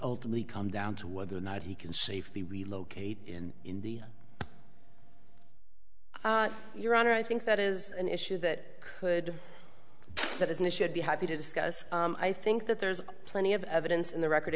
lee come down to whether or not he can safely relocate in india your honor i think that is an issue that could that isn't it should be happy to discuss i think that there's plenty of evidence in the record